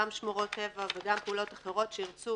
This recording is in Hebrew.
גם שמורות טבע וגם פעולות אחרות שירצו